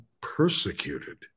persecuted